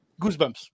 goosebumps